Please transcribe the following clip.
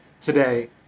today